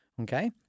okay